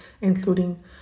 including